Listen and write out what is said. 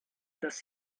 dass